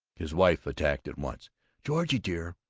his wife attacked at once georgie dear,